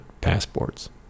passports